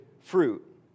fruit